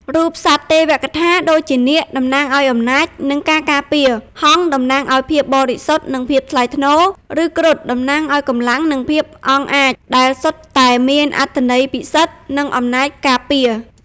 រូបសត្វទេវកថា ដូចជា នាគ (តំណាងឱ្យអំណាច និងការការពារ), ហង្ស (តំណាងឱ្យភាពបរិសុទ្ធ និងភាពថ្លៃថ្នូរ) ឬ គ្រុឌ (តំណាងឱ្យកម្លាំង និងភាពអង់អាច) ដែលសុទ្ធតែមានអត្ថន័យពិសិដ្ឋ និងអំណាចការពារ។